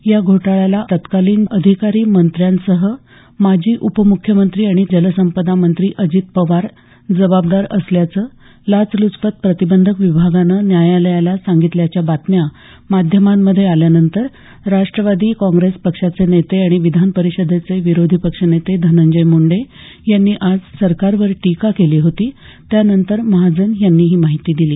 या घोटाळ्याला तत्कालीन अधिकारी मंत्र्यांसह माजी उपम्ख्यमंत्री आणि जलसंपदा मंत्री अजित पवार जबाबदार असल्याचं लाचल्चपत प्रतिबंधक विभागानं न्यायालयाला सांगितल्याच्या बातम्या माध्यमांमध्ये आल्यानंतर राष्ट्रवादी पक्षाचे नेते आणि विधानपरिषदेचे विरोधी पक्ष नेते धनंजय मुंडे यांनी आज सरकारवर टीका केली होती त्यानंतर महाजन यांनी ही माहिती दिली